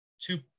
two